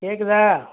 கேட்குதா